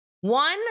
One